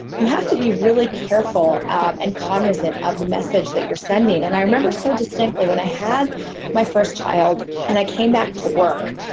you have to be really careful um and cognizant of the message that you're sending. and i remember so distinctly when i had my first child and i came back to work.